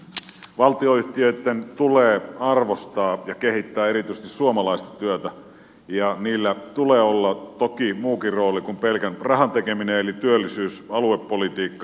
valtionyhtiöitten tulee arvostaa ja kehittää erityisesti suomalaista työtä ja niillä tulee olla toki muukin rooli kuin pelkän rahan tekeminen eli työllisyys aluepolitiikka